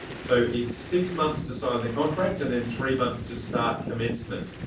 so it's six months to sign the contract and then three months to start commencement.